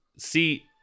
see